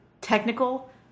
technical